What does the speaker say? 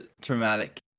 traumatic